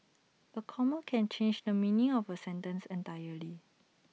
A comma can change the meaning of A sentence entirely